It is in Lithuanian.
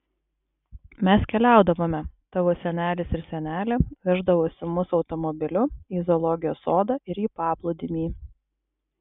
mes keliaudavome tavo senelis ir senelė veždavosi mus automobiliu į zoologijos sodą ir į paplūdimį